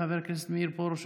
חבר הכנסת מאיר פרוש,